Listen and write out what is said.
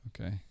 Okay